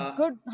good